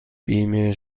بیمه